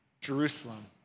Jerusalem